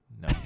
No